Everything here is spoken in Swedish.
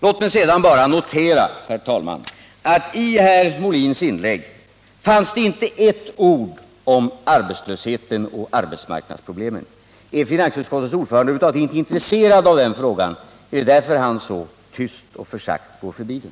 Låt mig sedan bara notera, herr talman, att i herr Molins inlägg fanns det inte ett ord om arbetslösheten och arbetsmarknadsproblemen. Är finansutskottets ordförande över huvud taget inte intresserad av den frågan? Är det därför han så tyst och försagt går förbi den?